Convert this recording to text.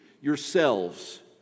yourselves